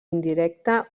indirecta